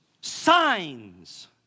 signs